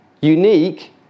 unique